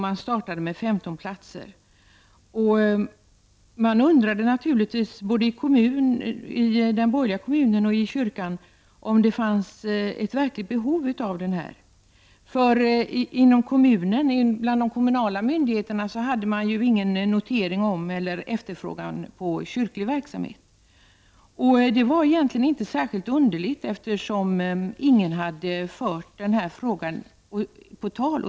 Både i den borgerliga kommunen och kyrkan undrade man naturligtvis om det fanns ett verkligt behov av detta daghem. Hos de kommunala myndigheterna fanns det ingen notering om någon efterfrågan på kyrklig verksamhet, vilket inte var särskilt underligt, eftersom ingen inom kommunen hade fört frågan på tal.